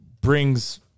brings